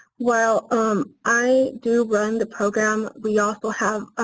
while um i do run the program, we also have